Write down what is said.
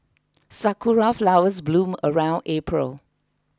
sakura flowers bloom around April